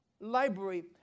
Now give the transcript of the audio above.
library